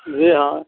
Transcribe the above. जी हाँ